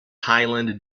highland